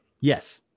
yes